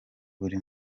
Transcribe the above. buri